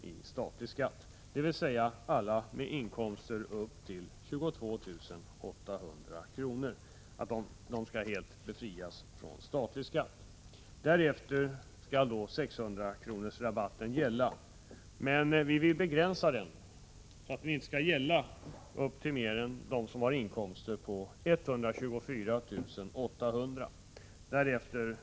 i statlig skatt, dvs. att alla med inkomster upp till 22 800 kr. skall helt befrias från statlig skatt. Därefter skall 600-kronorsrabatten gälla upp till en inkomst av 124 800 kr.